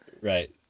Right